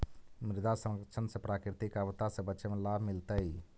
मृदा संरक्षण से प्राकृतिक आपदा से बचे में लाभ मिलतइ